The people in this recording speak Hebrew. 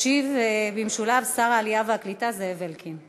ישיב במשולב שר העלייה והקליטה זאב אלקין.